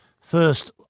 First